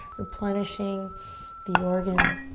replenishing the organ,